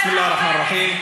בסם אללה א-רחמאן א-רחים.